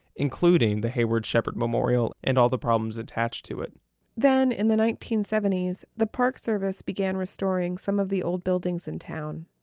including the hayward shepherd memorial, and all the problems attached to it then, in the nineteen seventy s the park service began restoring some of the old buildings in town.